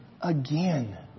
again